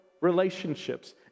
relationships